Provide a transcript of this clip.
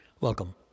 Welcome